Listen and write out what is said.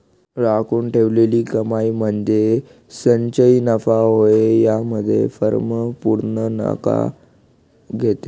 राखून ठेवलेली कमाई म्हणजे संचयी नफा होय यामध्ये फर्म पूर्ण नफा घेते